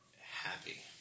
happy